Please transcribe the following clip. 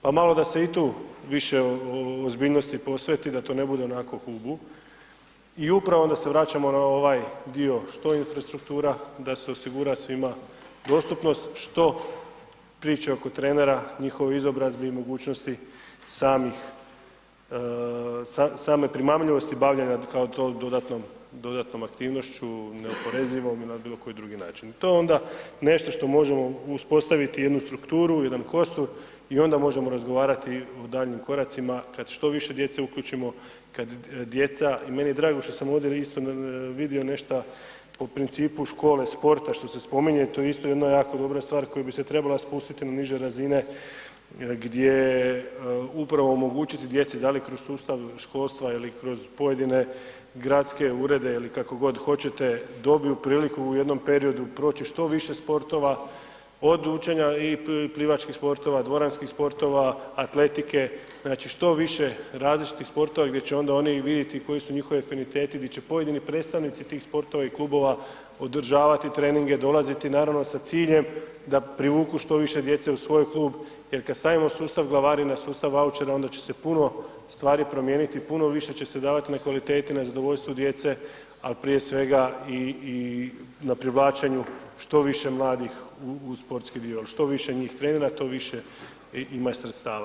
Pa malo da se i tu više ozbiljnosti posveti, da to ne bude onako ... i upravo onda se vraćamo na ovaj dio što je infrastruktura, da se osigura svima dostupnost što priče oko trenera, njihove izobrazbe i mogućnosti same primamljivosti bavljenja kao dodatnom aktivnošću, neoporezivom ili na bilokoji drugi način i to je onda nešto što možemo uspostaviti jednu strukturu, jedan kostur i onda možemo razgovarati o daljnjim koracima kad što više djece uključimo, kad djeca, i meni je drago što sam ovdje isto vidio nešto po principu škole sporta što se spominje, tu je isto jedna jako dobra stvar koja bi se trebala spustiti na niže razine gdje upravo omogućiti djeci da li kroz sustav školstva ili kroz pojedine gradske urede ili kako god hoćete, dobiju priliku u jednom periodu proći što više sportova, od učenja i plivačkih sportova, dvoranskih sportova, atletike, znači što više različitih sportova gdje će onda oni i vidjet koji su njihovi afiniteti, di će pojedini predstavnici tih sportova i klubova održavati treninge, dolaziti naravno sa ciljem da privuku što više djece u svoj klub jer kad stavimo sustav, glavarina, sustava vaučera onda će se puno stvari promijeniti i puno više će se davati na kvaliteti, na zadovoljstvu djece ali prije svega i na privlačenju što više mladih u sportski dio jer što više njih trenira, to više imaju sredstava.